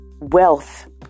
wealth